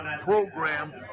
program